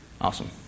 Awesome